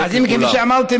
אז כפי שאמרתי,